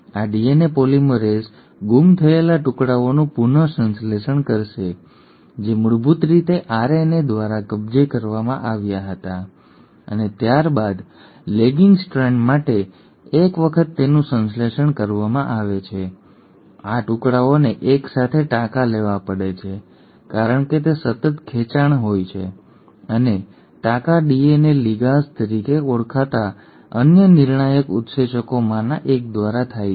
આ DNA polymerase ગુમ થયેલા ટુકડાઓનું પુનઃસંશ્લેષણ કરશે જે મૂળભૂત રીતે આરએનએ દ્વારા કબજે કરવામાં આવ્યા હતા અને ત્યાર બાદ લેગિંગ સ્ટ્રાન્ડ માટે એક વખત તેનું સંશ્લેષણ કરવામાં આવે છે આ ટુકડાઓને એકસાથે ટાંકા લેવા પડે છે કારણ કે તે સતત ખેંચાણ હોય છે અને ટાંકા ડીએનએ લિગાઝ તરીકે ઓળખાતા અન્ય નિર્ણાયક ઉત્સેચકોમાંના એક દ્વારા થાય છે